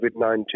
COVID-19